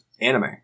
anime